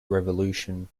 revolution